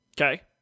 Okay